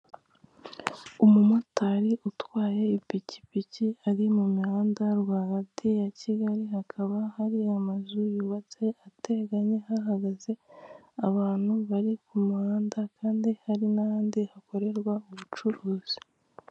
Umumotari utwaye ipikipiki ari mu muhanda rwagati ya Kigali hakaba hari amazu yubatse ateganye, hahagaze abantu bari ku muhanda kandi hari n'ahandi hakorerwa ubucuruzi.